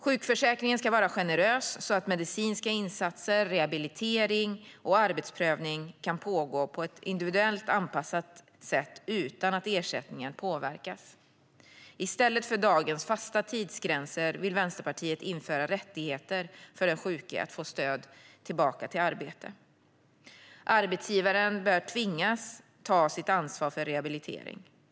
Sjukförsäkringen ska vara generös, så att medicinska insatser, rehabilitering och arbetsprövning kan pågå på ett individuellt anpassat sätt utan att ersättningen påverkas. I stället för dagens fasta tidsgränser vill Vänsterpartiet införa rättigheter för den sjuke att få stöd tillbaka till arbete. Arbetsgivaren bör tvingas att ta sitt ansvar för rehabilitering.